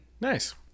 Nice